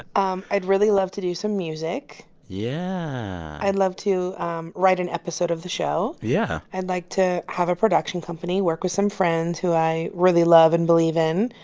um i'd really love to do some music yeah i'd love to um write an episode of the show yeah i'd like to have a production company, work with some friends who i really love and believe in,